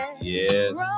yes